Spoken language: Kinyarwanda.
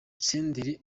senderi